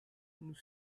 nous